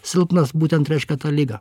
silpnas būtent reiškia tą ligą